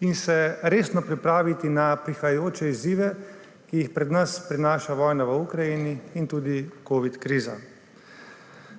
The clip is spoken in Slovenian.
in se resno pripraviti na prihajajoče izzive, ki jih pred nas prinašata vojna v Ukrajini in tudi covid kriza.